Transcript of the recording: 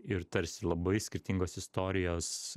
ir tarsi labai skirtingos istorijos